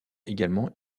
également